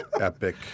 epic